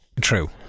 True